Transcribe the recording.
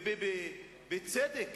ובצדק